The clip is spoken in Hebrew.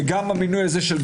גם של גלילי,